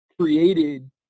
created